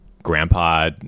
grandpa